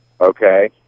okay